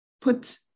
put